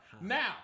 now